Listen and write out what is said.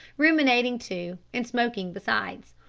ruminating too, and smoking besides.